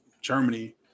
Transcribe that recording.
Germany